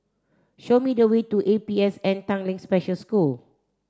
show me the way to A P S N Tanglin Special School